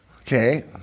Okay